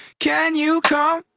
can you come